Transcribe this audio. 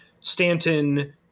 Stanton